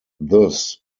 thus